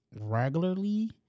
regularly